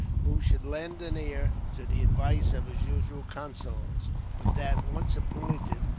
who should lend an ear to the advice of his usual councillors but that, once appointed,